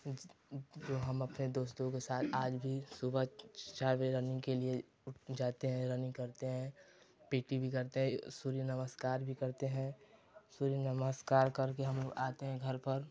जो हम अपने दोस्तों के साथ आज भी सुबह चार बजे रनिन्ग के लिए जाते हैं रनिन्ग करते हैं पी टी भी करते हैं सूर्य नमस्कार भी करते हैं सूर्य नमस्कार करके हमलोग आते हैं घर पर